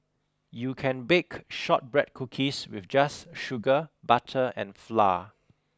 you can bake shortbread cookies with just sugar butter and flour